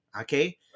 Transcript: okay